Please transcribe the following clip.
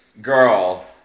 girl